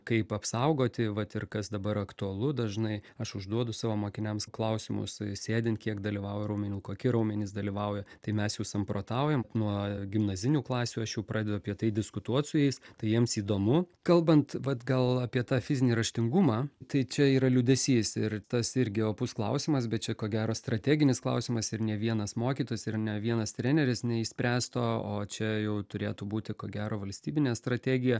kaip apsaugoti vat ir kas dabar aktualu dažnai aš užduodu savo mokiniams klausimus sėdint kiek dalyvauja raumenų kokie raumenys dalyvauja tai mes jau samprotaujam nuo gimnazinių klasių aš jau pradedu apie tai diskutuot su jais tai jiems įdomu kalbant vat gal apie tą fizinį raštingumą tai čia yra liūdesys ir tas irgi opus klausimas bet čia ko gero strateginis klausimas ir ne vienas mokytojas ir ne vienas treneris neišspręs to o čia jau turėtų būti ko gero valstybinė strategija